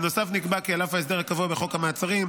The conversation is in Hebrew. בנוסף נקבע כי על אף ההסדר הקבוע בחוק המעצרים,